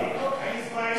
הישראלים והפלסטינים.